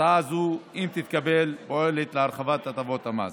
הצעה זו, אם תתקבל, פועלת להרחבת הטבות המס.